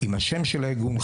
עם השם של הארגון,